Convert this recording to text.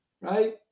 right